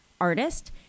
artist